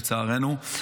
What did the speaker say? לצערנו,